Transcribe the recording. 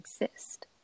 exist